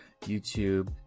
youtube